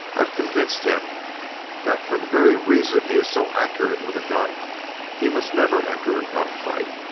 i've convinced him that for the very reason he is so accurate with a gun he must never enter a gun fight.